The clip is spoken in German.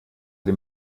dem